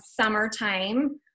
summertime